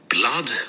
blood